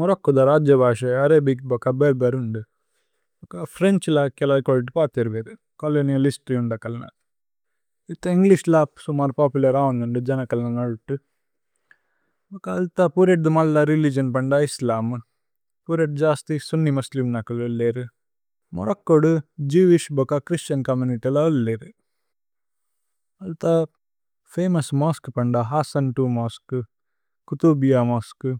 Morocco ദ രാജബശു Arabic ബോക ബേര്ബേര് ഉന്ദു। ഭോക ഫ്രേന്ഛ്ല കേലജ് കോദിത് പതിര് വേദു, കോലോനിഅലിസ്ത്രി ഉന്ദ കല്ന। ഇത്ത ഏന്ഗ്ലിശ് ലപ് സുമര് പോപുലര് അവന്ഗ് ഉന്ദു, ജന കല്ന നദുതു। ഭോക അല്ത പുരേദ്ദ് മല്ല രേലിഗിഓന് പന്ദ ഇസ്ലമ്। പുരേദ്ദ് ജസ്തി സുന്നി മുസ്ലിമ് നകല് ഉല്ലേദു। മോരക്കോ ദു ജേവിശ് ബോക ഛ്രിസ്തിഅന് ചോമ്മുനിത്യ് ല ഉല്ലേദു। അല്ത ഫമോഉസ് മോസ്കുഏ പന്ദ ഹസ്സന് ഈ മോസ്കുഏ, കുതുബിഅ മോസ്കുഏ,